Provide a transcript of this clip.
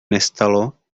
nestalo